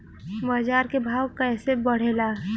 बाजार के भाव कैसे बढ़े ला?